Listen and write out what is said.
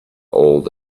old